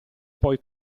poi